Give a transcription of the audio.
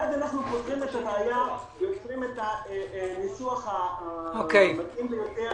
כך אנו פותרים את הבעיה ויוצרים את הניסוח המתאים ביותר.